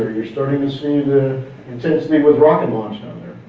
you're starting to see the intensity with rocket launch down